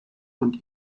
und